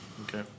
Okay